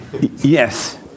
Yes